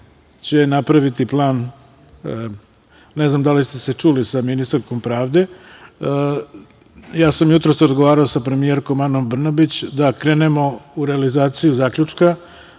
će napraviti plan, ne znam da li ste se čuli sa ministarkom pravde, ja sam jutros razgovarao sa premijerkom Anom Brnabić da krenemo u realizaciju zaključka,